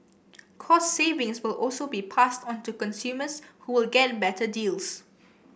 cost savings will also be passed onto consumers who will get better deals